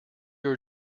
are